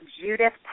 Judith